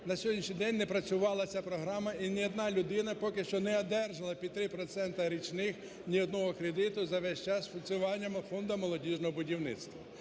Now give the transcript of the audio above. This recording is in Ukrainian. на сьогоднішній день не працювала ця програма і ні одна людина поки що не одержала під 3 проценти річних ні одного кредиту за весь час функціонування Фонду молодіжного будівництва.